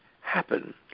happen